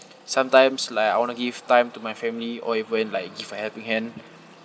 sometimes like I want to give time to my family or even like give a helping hand